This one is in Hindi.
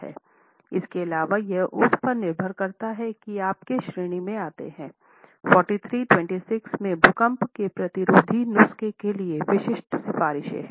इसके अलावा यह उस पर निर्भर करता है की आप किस श्रेणी में आते हैं 4326 में भूकंप के प्रतिरोधी नुस्खे के लिए विशिष्ट सिफारिशें हैं